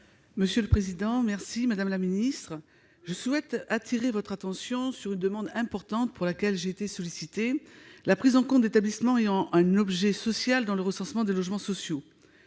territoriales. Madame la ministre, je souhaite appeler votre attention sur une demande importante pour laquelle j'ai été sollicitée : la prise en compte d'établissements ayant un objet social dans le recensement des logements sociaux.